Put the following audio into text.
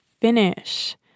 finish